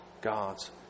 God's